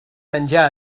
menjar